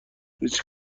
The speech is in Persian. هیچ